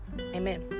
amen